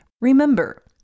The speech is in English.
remember